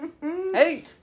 Hey